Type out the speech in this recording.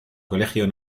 colegio